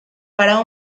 para